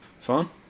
Fun